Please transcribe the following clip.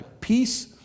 Peace